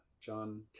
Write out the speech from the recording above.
John